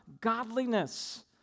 godliness